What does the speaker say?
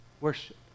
Worship